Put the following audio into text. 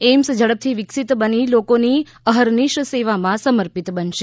AIIMS ઝડપથી વિકસીત બની લોકોની અહર્નિશ સેવામાં સમર્પિત બનશે